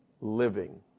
living